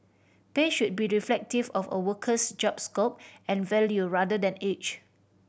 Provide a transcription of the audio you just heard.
pay should be reflective of a worker's job scope and value rather than age